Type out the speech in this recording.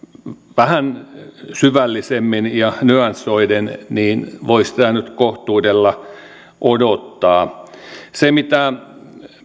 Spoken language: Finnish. vähän syvällisempää ja nyansoitua vastausta niin voi sitä nyt kohtuudella odottaa siinä mitä